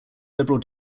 liberal